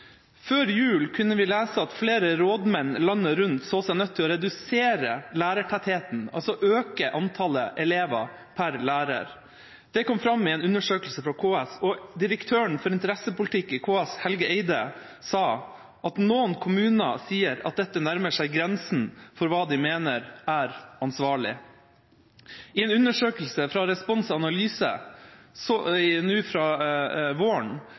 Før jul kunne vi lese at flere rådmenn landet rundt så seg nødt til å redusere lærertettheten, altså øke antallet elever per lærer. Det kom fram i en undersøkelse fra KS, og direktøren for interessepolitikk i KS, Helge Eide, sa at noen kommuner sier at dette nærmer seg grensen for hva de mener er ansvarlig. I en undersøkelse fra Respons Analyse fra i